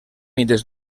mites